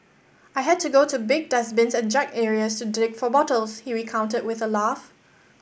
I had to go to big dustbins and junk areas to dig for bottles he recounted with a laugh